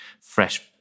fresh